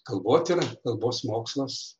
kalbotyra kalbos mokslas